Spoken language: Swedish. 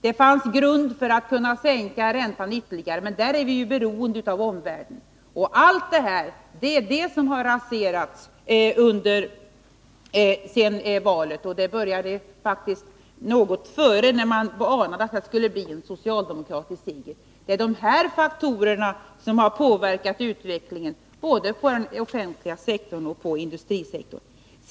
Det fanns också en grund för att kunna sänka räntan ytterligare, men när det gäller den är vi ju beroende av omvärlden. Men allt detta har raserats efter valet — det började faktiskt något före valet, när man anade att det skulle bli en socialdemokratisk seger. Det är dessa faktorer som har påverkat utvecklingen, både på den offentliga sektorn och på industrisektorn.